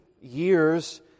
years